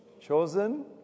chosen